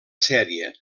sèrie